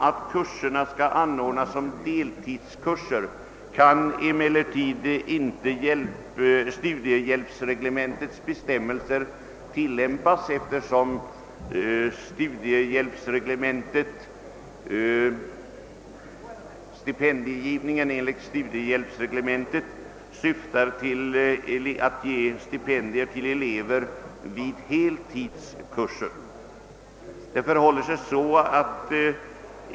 Då kurserna skall anordnas som deltidskurser kan emellertid inte studiehjälpsreglementets bestämmelser tillämpas, eftersom stipendiegivningen enligt studiehjälpsreglementet syftar till att ge stipendier till elever vid heltidskurser.